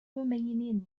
romanian